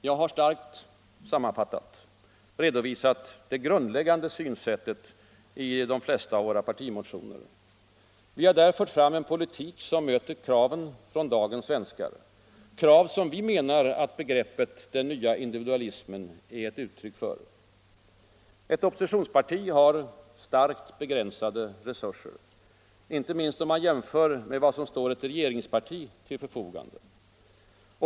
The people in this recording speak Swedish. Jag har starkt sammanfattat redovisat det grundläggande synsättet i de flesta av våra partimotioner. Vi har där fört fram en politik som möter kraven från dagens svenskar. Krav som vi menar att begreppet ”den nya individualismen” är ett uttryck för. Ett oppositionsparti har starkt begränsade resurser, inte minst om man jämför med vad som står ett regeringsparti till förfogande.